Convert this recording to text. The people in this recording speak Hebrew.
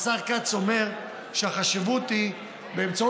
השר כץ אומר שהחשיבות היא באמצעות